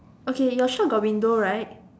okay your shop got window right